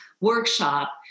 workshop